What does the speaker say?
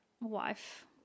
wife